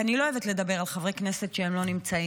כי אני לא אוהבת לדבר על חברי כנסת כשהם לא נמצאים,